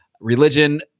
religion